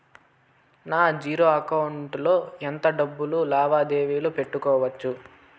నా zero account లో ఎంత డబ్బులు లావాదేవీలు పెట్టుకోవచ్చు?